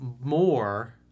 more